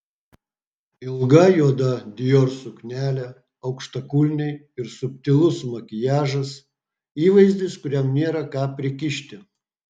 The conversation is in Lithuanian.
ilga juoda dior suknelė aukštakulniai ir subtilus makiažas įvaizdis kuriam nėra ką prikišti